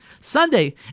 Sunday